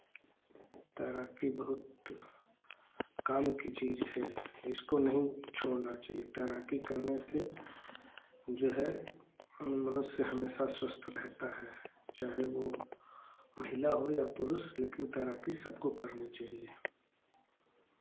तैराकी बहुत काम की चीज़ है इसको नहीं छोड़ना चहिये तैराकी करने से जो है मनुष्य हमेशा स्वस्थ रहता है चाहे वो महिला हो या पुरुष लेकिन तैराकी सबको करनी चाहिए